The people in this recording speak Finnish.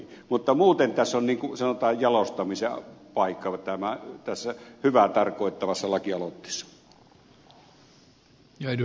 mutta muuten tasoni kuusela tai jalostamiseen vaikka vettä vaan tässä hyvää tarkoittavassa lakialoitteessa on sanotaan jalostamisen paikka